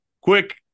Quick